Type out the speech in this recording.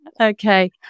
Okay